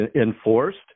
enforced